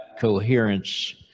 coherence